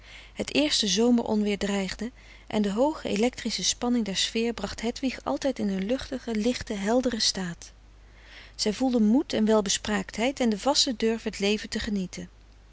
het eerste zomer onweer dreigde en de hooge electrische spanning der sfeer bracht hedwig altijd in een luchtigen lichten helderen staat zij voelde moed en welbespraaktheid en den vasten durf het leven te genieten